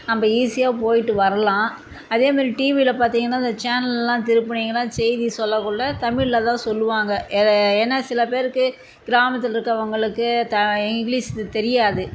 நம்ப ஈஸியாக போயிட்டு வரலாம் அதே மாதிரி டிவியில் பார்த்திங்கன்னா இந்த சேனலெலாம் திருப்பினிங்கன்னால் செய்தி சொல்லக்கொள்ள தமிழில் தான் சொல்லுவாங்க ஏ ஏன்னால் சில பேருக்கு கிராமத்தில் இருக்கறவங்களுக்கு தா இங்கிலீஷு தெரியாது